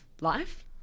life